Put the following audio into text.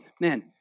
man